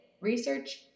research